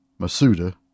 Masuda